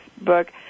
book